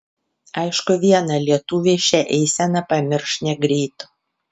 aišku viena lietuviai šią eiseną pamirš negreit